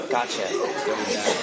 Gotcha